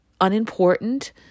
unimportant